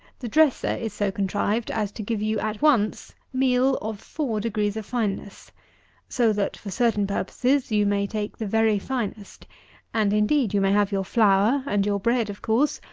the dresser is so contrived as to give you at once, meal, of four degrees of fineness so that, for certain purposes, you may take the very finest and, indeed, you may have your flour, and your bread of course,